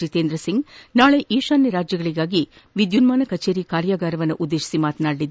ಜಿತೇಂದ್ರಸಿಂಗ್ ನಾಳೆ ಈಶಾನ್ಯ ರಾಜ್ಯಗಳಿಗಾಗಿ ವಿದ್ಯುನ್ಮಾನ ಕಚೇರಿ ಕಾರ್ಯಾಗಾರವನ್ನು ಉದ್ದೇಶಿಸಿ ಮಾತನಾಡಲಿದ್ದಾರೆ